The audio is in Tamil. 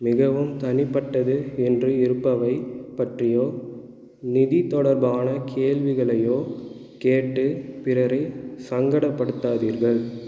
மிகவும் தனிப்பட்டது என்று இருப்பவை பற்றியோ நிதி தொடர்பான கேள்விகளையோ கேட்டு பிறரை சங்கடப்படுத்தாதீர்கள்